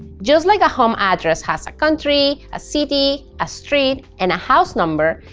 just like a home address has a country, a city, a street, and a house number,